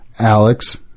Alex